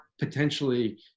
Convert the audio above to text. potentially